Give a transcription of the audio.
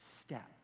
step